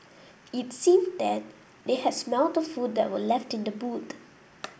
it seemed that they had smelt the food that were left in the boot